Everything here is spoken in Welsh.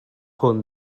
hwn